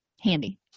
handy